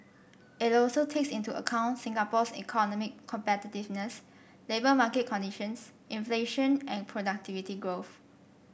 it also takes into account Singapore's economic competitiveness labour market conditions inflation and productivity growth